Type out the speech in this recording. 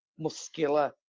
muscular